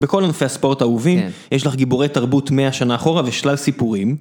בכל גופי הספורט האהובים, יש לך גיבורי תרבות 100 שנה אחורה ושלל סיפורים.